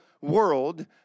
world